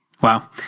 Wow